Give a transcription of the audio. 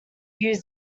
use